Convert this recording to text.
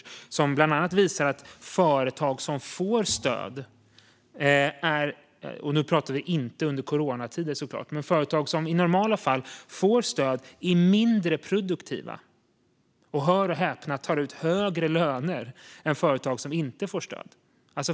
Den visar bland annat att företag som får stöd - i normala fall; vi pratar såklart inte om under coronatider - är mindre produktiva och, hör och häpna, tar ut högre löner än företag som inte får stöd.